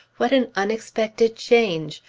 what an unexpected change!